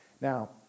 Now